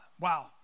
Wow